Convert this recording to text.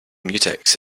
mutex